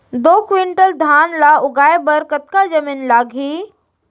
दो क्विंटल धान ला उगाए बर कतका जमीन लागही?